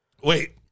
Wait